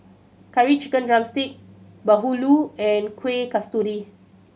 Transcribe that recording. Curry Chicken drumstick bahulu and Kuih Kasturi